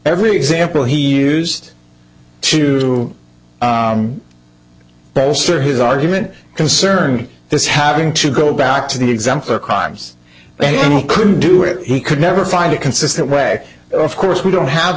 every example he used to bolster his argument concerning this having to go back to the exam for crimes they couldn't do it he could never find a consistent way of course we don't have